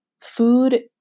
food